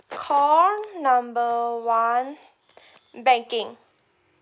call number one banking